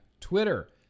Twitter